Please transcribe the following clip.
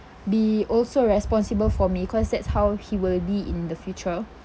be also responsible for me cause that's how he will be in the future